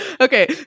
Okay